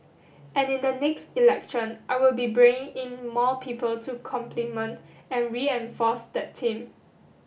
and in the next election I will be bringing in more people to complement and reinforce that team